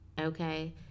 Okay